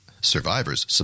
Survivors